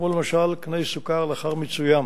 למשל קני סוכר לאחר מיצוים.